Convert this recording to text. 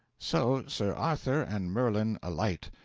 so sir arthur and merlin alight,